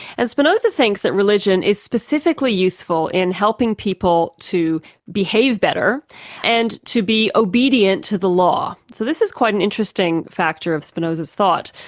and spinoza thinks that religion is specifically useful in helping people to behave better and to be obedient to the law. so this is quite an interesting factor of spinoza's thought.